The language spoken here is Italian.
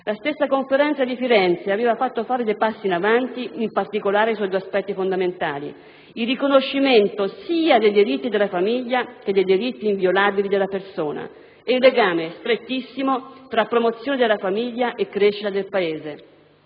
La stessa Conferenza di Firenze aveva fatto fare dei passi in avanti, in particolare su due aspetti fondamentali: il riconoscimento sia dei diritti della famiglia che dei diritti inviolabili della persona e il legame, strettissimo, tra promozione della famiglia e crescita del Paese.